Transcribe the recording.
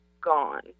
gone